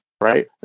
right